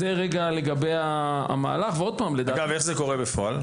אגב, איך זה קורה בפועל.